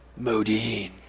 Modine